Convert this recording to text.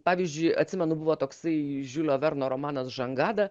pavyzdžiui atsimenu buvo toksai žiulio verno romanas žangada